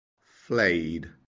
flayed